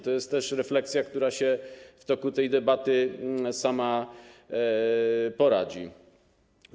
To jest też refleksja, która się w toku tej debaty sama nasunęła.